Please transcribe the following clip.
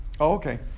okay